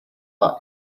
life